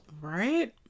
Right